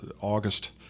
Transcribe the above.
August